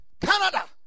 Canada